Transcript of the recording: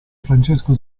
francesco